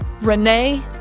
renee